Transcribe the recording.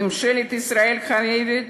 ממשלת ישראל חייבת